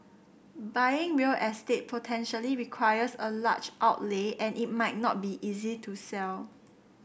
buying real estate potentially requires a large outlay and it might not be easy to sell